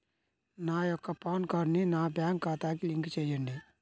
నా యొక్క పాన్ కార్డ్ని నా బ్యాంక్ ఖాతాకి లింక్ చెయ్యండి?